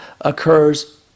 occurs